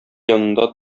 янында